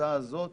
שההצעה הזאת